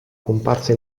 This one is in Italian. comparsa